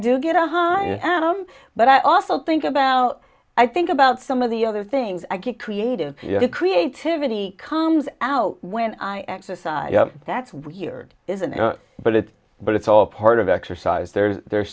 do get a hug and i'm but i also think about i think about some of the other things i get creative creativity comes out when i exercise that's weird isn't it but it's but it's all part of exercise there's the